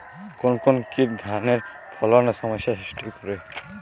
কোন কোন কীট ধানের ফলনে সমস্যা সৃষ্টি করে?